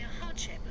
hardship